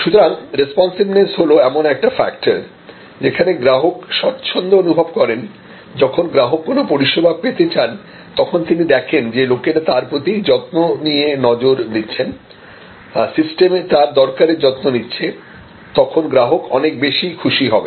সুতরাং রেস্পন্সিভেনেস হল এমন একটা ফ্যাক্টর যেখানে গ্রাহক স্বচ্ছন্দ অনুভব করেন যখন গ্রাহক কোন পরিষেবা পেতে চান তখন তিনি যদি দেখেন যে লোকেরা তার প্রতি যত্ন নিয়ে নজর দিচ্ছেন সিস্টেম তার দরকারের যত্ন নিচ্ছে তখন গ্রাহক অনেক বেশি খুশি হবেন